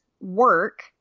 work